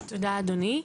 תודה, אדוני.